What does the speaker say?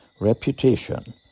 reputation